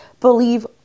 believe